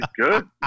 good